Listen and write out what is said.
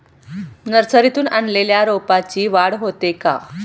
नर्सरीतून आणलेल्या रोपाची वाढ होते का?